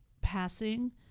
passing